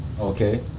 Okay